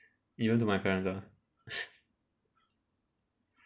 even to my friends ah